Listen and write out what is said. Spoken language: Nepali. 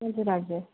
हजुर हजुर